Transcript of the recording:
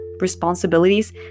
responsibilities